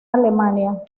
alemania